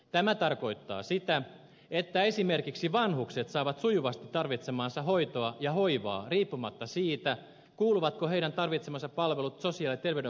tämä tarkoittaa sitä että esimerkiksi vanhukset saavat sujuvasti tarvitsemaansa hoitoa ja hoivaa riippumatta siitä kuuluvatko heidän tarvitsemansa palvelut sosiaali vai terveydenhuollon piiriin